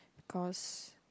cause